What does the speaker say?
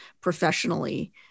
professionally